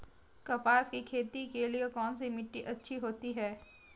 कपास की खेती के लिए कौन सी मिट्टी अच्छी होती है?